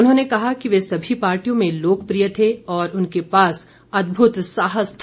उन्होंने कहा कि वे सभी पार्टियों में लोकप्रिय थे और उनके पास अद्भुत साहस था